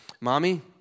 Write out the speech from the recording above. Mommy